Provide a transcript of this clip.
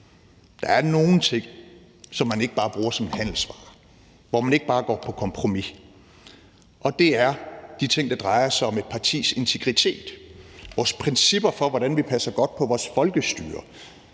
Der er nogle ting, som man ikke bare bruger som en handelsvare, og hvor man ikke bare går på kompromis. Det er de ting, der drejer sig om et partis integritet, vores principper for, hvordan vi passer godt på vores folkestyre.